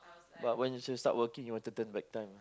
but when should start working you want to turn back time ah